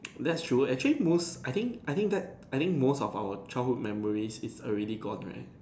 that true actually most I think I think that I think most of our childhood memory is already gone right